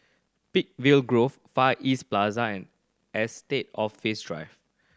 Peakville Grove Far East Plaza and Estate Office Drive